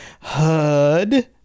Hud